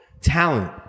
Talent